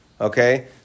Okay